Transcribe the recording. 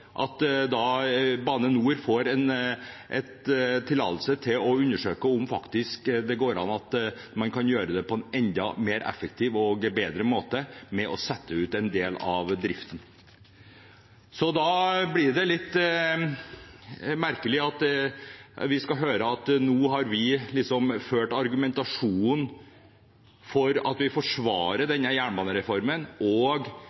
og at Bane NOR får tillatelse til å undersøke om det går an å gjøre det på en enda mer effektiv og bedre måte ved å sette ut en del av driften. Da blir det litt rart å høre at vi nå har ført argumentasjon for og forsvart denne jernbanereformen og disse anbudsutsettelsene – at vi forsvarer det – og